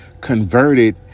converted